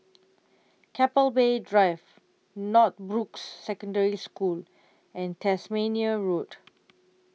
Keppel Bay Drive Northbrooks Secondary School and Tasmania Road